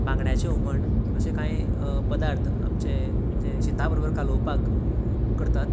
बांगड्याचें हुमण अशें कांय पदार्थ आमचे जे शीता बरोबर कालोवपाक करतात